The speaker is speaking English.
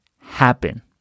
happen